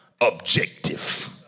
Objective